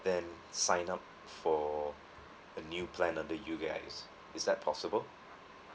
then sign up for a new plan lah with you guys is that possible